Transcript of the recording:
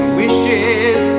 wishes